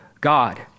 God